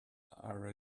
are